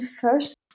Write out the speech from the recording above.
first